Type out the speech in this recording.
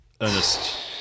Ernest